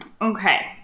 Okay